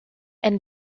and